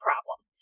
problem